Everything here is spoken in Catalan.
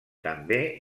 també